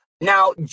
Now